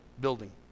building